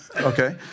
Okay